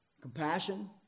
Compassion